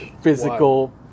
physical